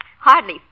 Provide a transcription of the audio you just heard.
hardly